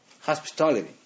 hospitality